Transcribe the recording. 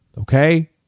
okay